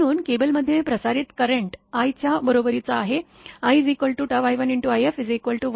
म्हणून केबलमध्ये प्रसारित करेंट i च्या बरोबरीचा आहे ii1